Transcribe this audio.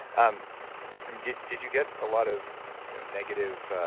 um um did did you get a lot of negative,